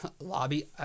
lobby